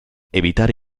evitare